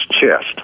chest